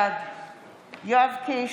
בעד יואב קיש,